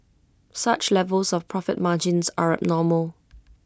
such levels of profit margins are normal